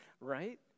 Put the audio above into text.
right